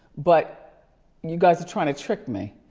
but you guys are trying to trick me.